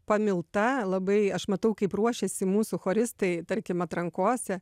pamilta labai aš matau kaip ruošėsi mūsų choristai tarkim atrankose